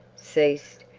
ceased,